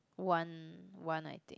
one one I think